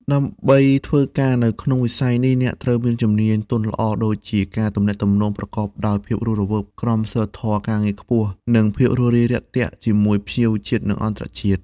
ដើម្បីធ្វើការនៅក្នុងវិស័យនេះ អ្នកត្រូវមានជំនាញទន់ល្អដូចជា ការទំនាក់ទំនងប្រកបដោយភាពរស់រវើក ក្រមសីលធម៌ការងារខ្ពស់ និងភាពរួសរាយរាក់ទាក់ជាមួយភ្ញៀវជាតិនិងអន្តរជាតិ។